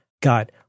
got